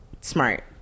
smart